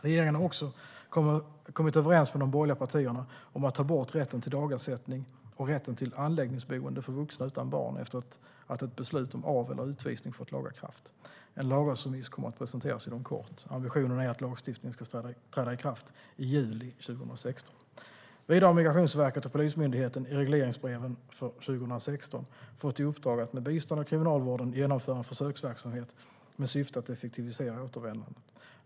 Regeringen har också kommit överens med de borgerliga partierna om att ta bort rätten till dagersättning och rätten till anläggningsboende för vuxna utan barn efter att ett beslut om av eller utvisning fått laga kraft. En lagrådsremiss kommer att presenteras inom kort. Ambitionen är att lagstiftningen ska träda i kraft i juli 2016. Vidare har Migrationsverket och Polismyndigheten i regleringsbreven för 2016 fått i uppdrag att med bistånd av Kriminalvården genomföra en försöksverksamhet med syfte att effektivisera återvändandet.